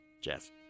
Jeff